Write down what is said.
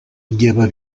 lleva